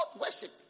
worship